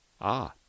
Ah